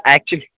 actually